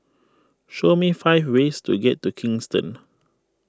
show me five ways to get to Kingston